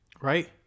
right